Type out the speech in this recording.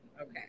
Okay